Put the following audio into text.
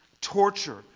torture